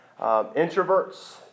Introverts